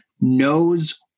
knows